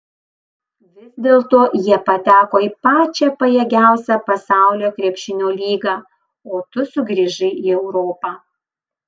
vis dėlto jie pateko į pačią pajėgiausią pasaulio krepšinio lygą o tu sugrįžai į europą